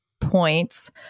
points